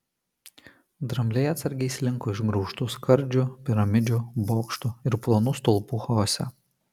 drambliai atsargiai slinko išgraužtų skardžių piramidžių bokštų ir plonų stulpų chaose